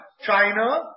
China